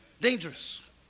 Dangerous